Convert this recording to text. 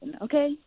okay